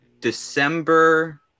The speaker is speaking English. December